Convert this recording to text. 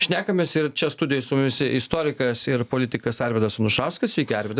šnekamės ir čia studijoj su mumis istorikas ir politikas arvydas anušauskas sveiki arvydai